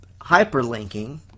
hyperlinking